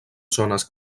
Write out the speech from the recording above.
zones